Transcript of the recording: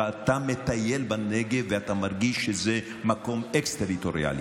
אבל אתה מטייל בנגב ואתה מרגיש שזה מקום אקסטריטוריאלי.